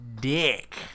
dick